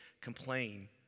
complain